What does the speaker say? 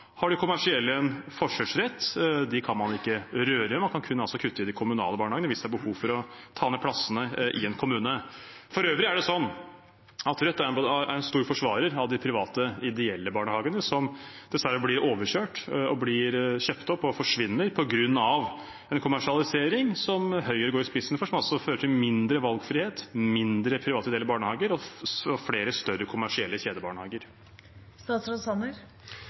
har de kommersielle en forkjørsrett. Dem kan man ikke røre. Man kan altså kun kutte i de kommunale barnehagene hvis det er behov for å ta ned plassene i en kommune. For øvrig er det sånn at Rødt er en stor forsvarer av de private, ideelle barnehagene, som dessverre blir overkjørt og kjøpt opp og forsvinner på grunn en kommersialisering som Høyre står i spissen for, og som fører til mindre valgfrihet, færre private, ideelle barnehager og flere større kommersielle